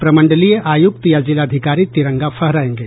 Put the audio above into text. प्रमंडलीय आयुक्त या जिलाधिकारी तिरंगा फहरायेंगे